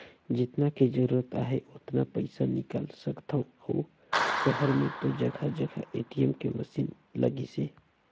जेतना के जरूरत आहे ओतना पइसा निकाल सकथ अउ सहर में तो जघा जघा ए.टी.एम के मसीन लगिसे